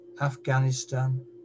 Afghanistan